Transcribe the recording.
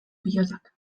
pilotak